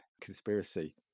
conspiracy